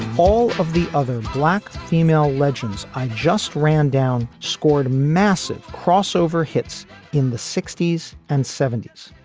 all of the other black female legends i just ran down, scored a massive crossover hits in the sixty s and seventy s,